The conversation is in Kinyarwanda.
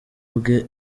ubwe